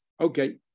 Okay